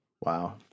Wow